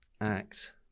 act